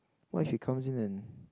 what if she comes in and